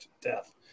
death